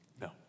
No